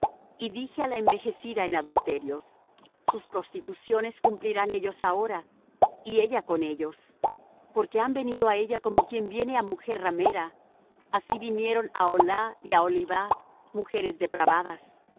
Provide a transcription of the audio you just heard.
y dije á la envejecida en adulterios sus prostituciones cumplirán ellos ahora y ella con ellos porque han venido á ella como quien viene á mujer ramera así vinieron á aholah y á aholibah mujeres depravadas